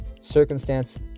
circumstance